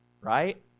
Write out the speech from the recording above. right